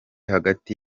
hagati